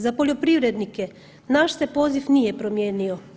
Za poljoprivrednike naš se poziv nije promijenio.